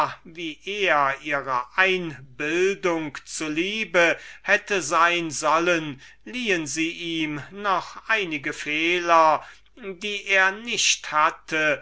er ihrer einbildung zu lieb hätte sein sollen liehen sie ihm noch einige fehler die er nicht hatte